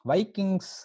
Vikings